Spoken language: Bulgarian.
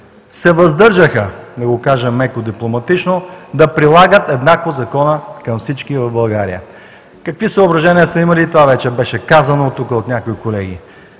се въздържаха, да го кажа меко, дипломатично, да прилагат еднакво закона към всички в България. Какви съображения са имали – беше казано тук от някои колеги.